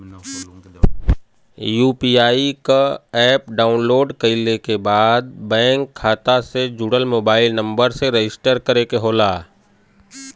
UPI क app download कइले के बाद बैंक खाता से जुड़ल मोबाइल नंबर से रजिस्टर करे के होला